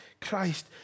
Christ